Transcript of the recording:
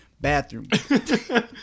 bathroom